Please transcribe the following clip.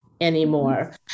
anymore